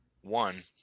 One